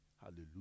Hallelujah